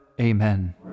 Amen